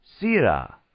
Sira